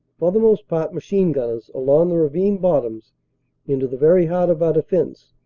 for the most part machine-gunners, along the ravine bottoms into the very heart of our defense,